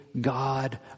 God